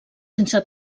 sense